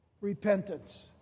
repentance